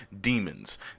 demons